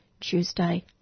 Tuesday